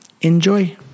enjoy